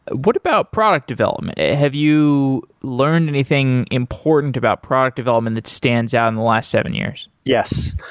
what about product development? have you learned anything important about product development that stands out in the last seven years? yes,